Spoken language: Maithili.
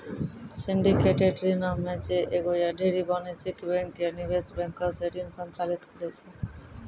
सिंडिकेटेड ऋणो मे जे एगो या ढेरी वाणिज्यिक बैंक या निवेश बैंको से ऋण संचालित करै छै